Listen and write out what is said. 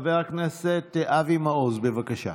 חבר הכנסת אבי מעוז, בבקשה.